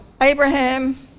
Abraham